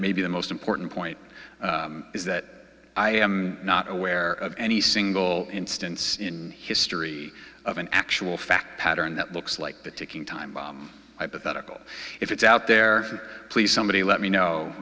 maybe the most important point is that i am not aware of any single instance in history of an actual fact pattern that looks like the ticking time bomb i pathetically if it's out there please somebody let me